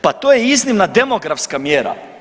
Pa to je iznimna demografska mjera.